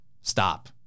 stop